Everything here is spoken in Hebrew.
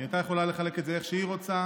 היא הייתה יכולה לבקש לחלק את זה איך שהיא רוצה.